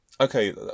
Okay